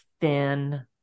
thin